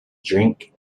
drink